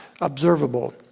observable